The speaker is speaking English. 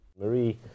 Marie